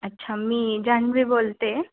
हं मी जान्हवी बोलते आहे